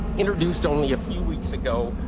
introduced only a few weeks ago,